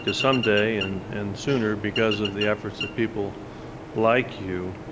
because some day, and and sooner, because of the efforts of people like you,